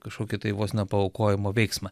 kažkokį tai vos ne paaukojimo veiksmą